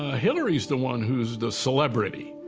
ah hillary's the one who's the celebrity.